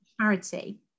charity